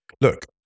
Look